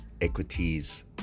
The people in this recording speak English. equities